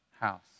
house